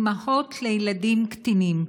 אימהות לילדים קטינים,